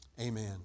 Amen